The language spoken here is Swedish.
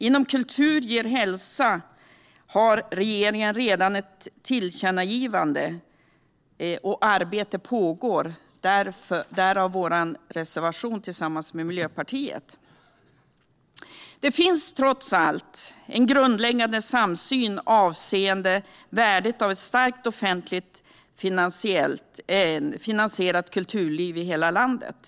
Inom Kultur ger hälsa har regeringen redan ett tillkännagivande, och arbete pågår; därav den reservation som vi har tillsammans med Miljöpartiet. Det finns trots allt en grundläggande samsyn avseende värdet av ett starkt offentligt finansierat kulturliv i hela landet.